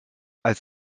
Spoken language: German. als